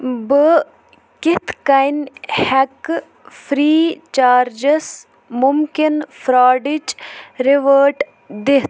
بہٕ کِتھ کٔنۍ ہٮ۪کہٕ فرٛی چارجس مُمکِنہٕ فراڈٕچ رِوٲرٹ دِتھ